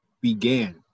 began